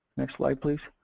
next slide please.